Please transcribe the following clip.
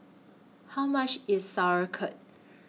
How much IS Sauerkraut